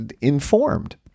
informed